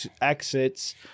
exits